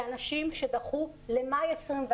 אלו אנשים שדחו למאי 21',